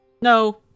No